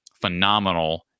phenomenal